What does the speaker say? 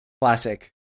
Classic